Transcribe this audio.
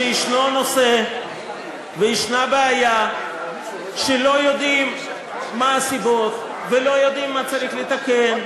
שישנו נושא וישנה בעיה שלא יודעים מה הסיבות ולא יודעים מה צריך לתקן,